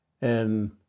and-